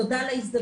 תודה על ההזדמנות.